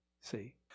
See